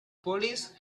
police